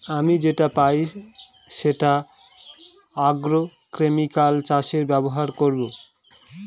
আমি যে পাই সেটা আগ্রোকেমিকাল চাষে ব্যবহার করবো